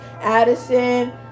Addison